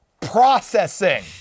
processing